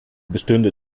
bestünde